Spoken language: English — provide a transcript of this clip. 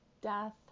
death